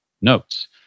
notes